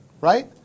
right